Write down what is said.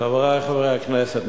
חברי חברי הכנסת,